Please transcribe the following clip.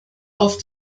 auf